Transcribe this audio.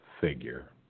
figure